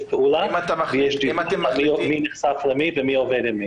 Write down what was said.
פעולה ויש דיווחים מי נחשף למי ומ עובד עם מי.